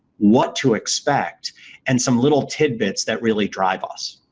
what to expect and some little tidbits that really drive us.